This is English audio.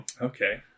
Okay